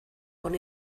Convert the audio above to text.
con